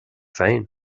féin